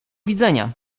widzenia